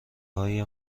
های